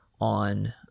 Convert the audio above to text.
on